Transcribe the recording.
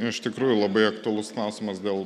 iš tikrųjų labai aktualus klausimas dėl